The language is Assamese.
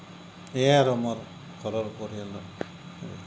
এয়াই আৰু মোৰ ঘৰৰ পৰিয়ালৰ